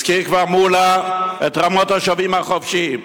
הזכיר כבר מולה את "רמות-השבים החופשית".